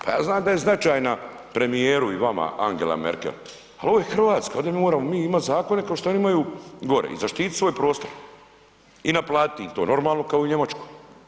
Pa ja znam da je značajna premijer i vama Angela Merkel, ali ovo je Hrvatska, ovdje mi moramo mi imati zakone kao što oni imaju gore i zaštiti svoj prostor i naplatiti im to, normalno kao i u Njemačkoj.